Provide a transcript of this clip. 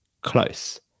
close